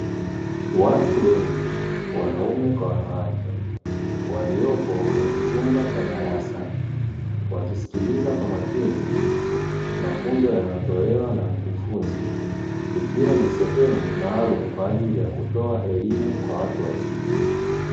Watu wengi wanaume kwa wanawake, waliopo kwenye chumba cha darasa, wakisikiliza kwa makini mafunzo yanayotolewa na mkufunzi. Ikiwa ni sehemu maalumu, kwa ajili ya kutoa elimu kwa watu wazima.